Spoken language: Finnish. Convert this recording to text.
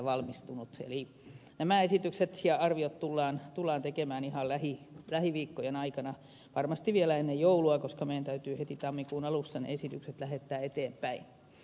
eli nämä esitykset ja arviot tullaan tekemään ihan lähiviikkojen aikana varmasti vielä ennen joulua koska meidän täytyy heti tammikuun alussa ne esitykset lähettää eteenpäin